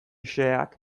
xeheak